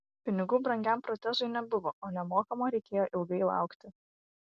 pinigų brangiam protezui nebuvo o nemokamo reikėjo ilgai laukti